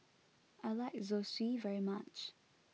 I like Zosui very much